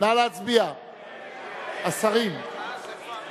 הצעת סיעת